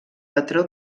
patró